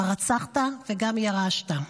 "הרצחת וגם ירשת".